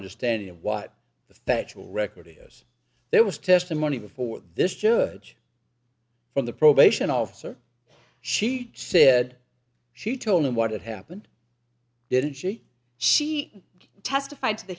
understanding of what the factual record is there was testimony before this judge from the probation officer she said she told them what had happened didn't she she testified to the